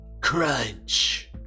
Crunch